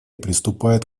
приступает